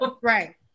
right